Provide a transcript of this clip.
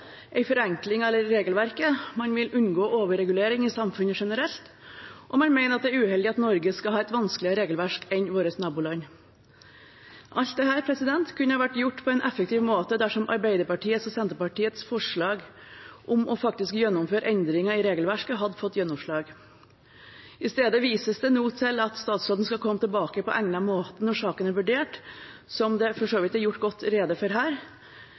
forenkling av regelverket. Man vil unngå overregulering i samfunnet generelt, og man mener det er uheldig at Norge skal ha et vanskeligere regelverk enn våre naboland. Alt dette kunne vært gjort på en effektiv måte dersom Arbeiderpartiet og Senterpartiets forslag om faktisk å gjennomføre endringer i regelverket, hadde fått gjennomslag. I stedet vises det nå til at statsråden skal komme tilbake på egnet måte når saken er vurdert, som det for så vidt er gjort godt rede for her.